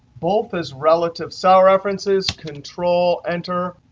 both is relative cell references, control enter,